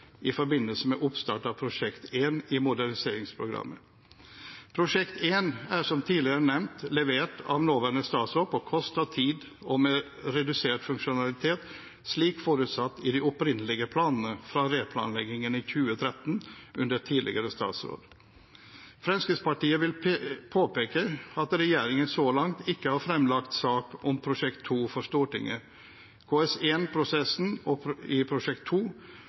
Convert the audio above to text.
i forbindelse med oppstart av Prosjekt 1 i moderniseringsprogrammet. Prosjekt 1 er, som tidligere nevnt, levert av nåværende statsråd på kost og tid, men med redusert funksjonalitet slik forutsatt i de opprinnelige planene fra replanleggingen i 2013 under tidligere statsråd. Fremskrittspartiet vil påpeke at regjeringen så langt ikke har fremlagt sak om Prosjekt 2 for Stortinget. KS1-prosessen i Prosjekt